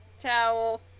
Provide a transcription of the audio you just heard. towel